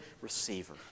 receiver